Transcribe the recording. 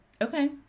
Okay